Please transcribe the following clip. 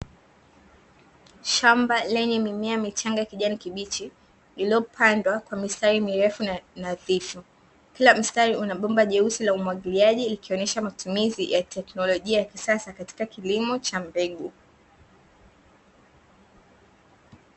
Shamba lenye mimea michanga ya kijani kibichi iliyopandwa kwa mistari mirefu na nadhifu. Kila mstari una bomba jeusi la umwagiliaji likionyesha matumizi ya teknolojia ya kisasa katika kilimo cha mbegu.